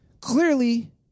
Clearly